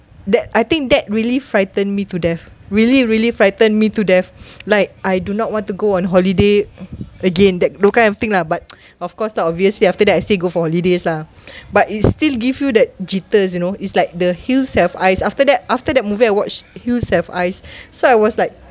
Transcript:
that I think that really frightened me to death really really frightened me to death like I do not want to go on holiday again that kind of thing lah but of course lah obviously after that I say go for holidays lah but it's still give you that jitters you know it's like the hills have eyes after that after that movie I watched hills have eyes so I was like